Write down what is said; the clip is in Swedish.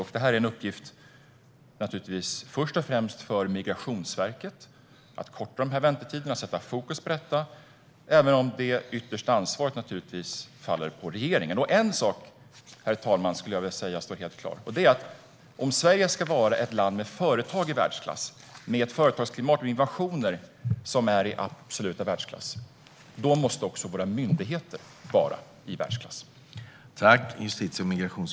Att korta de här väntetiderna och sätta fokus på detta är naturligtvis först och främst en uppgift för Migrationsverket, även om det yttersta ansvaret faller på regeringen. Herr talman! En sak står helt klar. Om Sverige ska vara ett land med företag som är i världsklass, med ett företagsklimat och innovationer som är i absolut världsklass måste också våra myndigheter vara i världsklass.